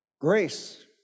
Grace